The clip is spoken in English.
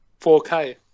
4K